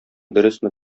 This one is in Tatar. дөресме